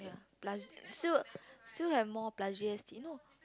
plus still still have more plus G_S_T no